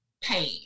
pain